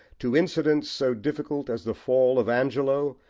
to incidents so difficult as the fall of angelo,